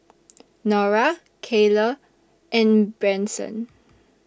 Norah Kayleigh and Branson